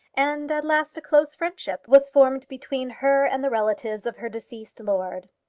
and at last a close friendship, was formed between her and the relatives of her deceased lord.